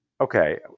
Okay